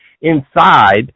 inside